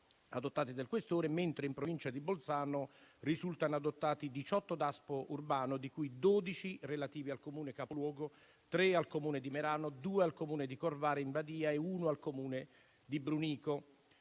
adottati dal questore, mentre in Provincia di Bolzano risultano adottati 18 Daspo urbano, di cui 12 relativi al Comune capoluogo, 3 al Comune di Merano, 2 al Comune di Corvara in Badia e 1 al Comune di Brunico.